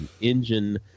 engine